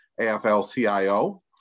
AFL-CIO